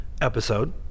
episode